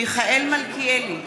מיכאל מלכיאלי,